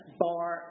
bar